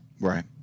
right